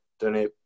donate